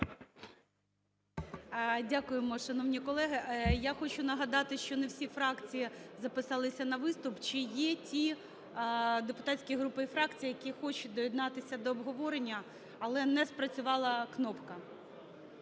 Дякуємо. Шановні колеги, я хочу нагадати, що не всі фракції записалися на виступ. Чи є ті депутатські групи і фракції, які хочуть доєднатися до обговорення, але не спрацювала кнопка?